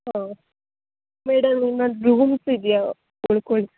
ಓ madam ನಿಮ್ಮಲ್ಲಿ rooms ಇದೆಯಾ ಉಳ್ಕೊಳ್ಳಿಕ್ಕೆ